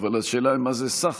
אבל השאלה היא מה זה סחר.